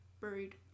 Buried